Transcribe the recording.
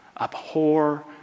Abhor